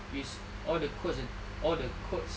which all the quotes that all the quotes